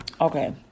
Okay